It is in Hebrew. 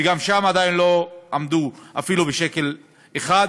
וגם שם עדיין לא עמדו אפילו בשקל אחד,